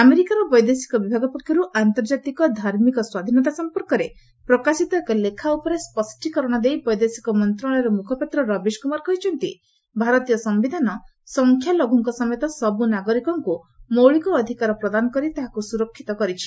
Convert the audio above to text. ଆମେରିକାର ବୈଦେଶିକ ବିଭାଗ ପକ୍ଷର୍ ଆନ୍ତର୍ଜାତିକ ଧାର୍ମିକ ସ୍ୱାଧୀନତା ସମ୍ପର୍କରେ ପ୍ରକାଶିତ ଏକ ଲେଖା ଉପରେ ସ୍ୱଷ୍ଟୀକରଣ ଦେଇ ବୈଦେଶିକ ମନ୍ତ୍ରଶାଳୟର ମୁଖପାତ୍ର ରବିଶ କୁମାର କହିଛନ୍ତି ଯେ ଭାରତୀୟ ସମ୍ଭିଧାନ ସଂଖ୍ୟାଲଘୁଙ୍କ ସମେତ ସବୁ ନାଗରିକଙ୍କ ମୌଳିକ ଅଧିକାର ପ୍ରଦାନ କରି ତାହାକୁ ସ୍ୱରକ୍ଷିତ କରିଛି